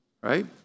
right